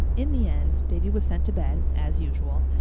in the end davy was sent to bed, as usual,